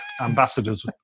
ambassadors